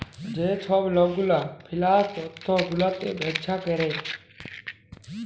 যে ছব লক গুলা ফিল্যাল্স তথ্য গুলাতে ব্যবছা ক্যরে